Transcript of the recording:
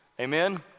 Amen